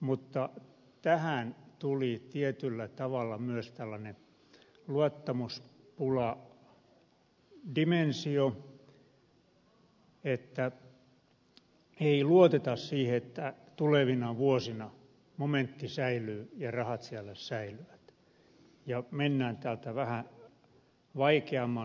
mutta tähän tuli tietyllä tavalla myös tällainen luottamuspuladimensio että ei luoteta siihen että tulevina vuosina momentti säilyy ja rahat siellä säilyvät ja mennään täältä vähän vaikeamman prosessin kautta